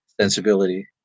sensibility